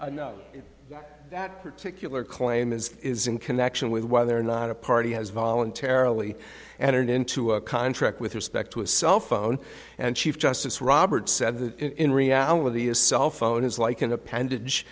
contracts that particular claim is is in connection with whether or not a party has voluntarily entered into a contract with respect to a cell phone and chief justice roberts said in reality a cell phone is like an appendage